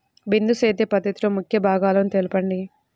బిందు సేద్య పద్ధతిలో ముఖ్య భాగాలను తెలుపండి?